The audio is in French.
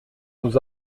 nous